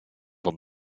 van